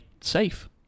safe